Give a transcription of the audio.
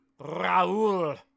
Raul